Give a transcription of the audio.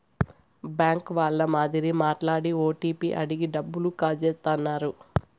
bank వాళ్ళ మాదిరి మాట్లాడి ఓటీపీ అడిగి డబ్బులు కాజేత్తన్నారు